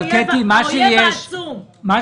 זה האויב העצום, ילדים.